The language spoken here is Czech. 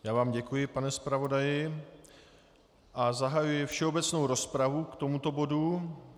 Já vám děkuji, pane zpravodaji, a zahajuji všeobecnou rozpravu k tomuto bodu.